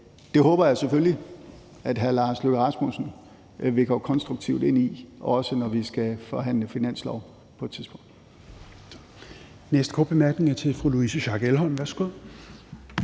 det håber jeg selvfølgelig at hr. Lars Løkke Rasmussen vil gå konstruktivt ind i, også når vi på et tidspunkt